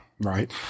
Right